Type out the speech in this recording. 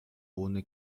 ohne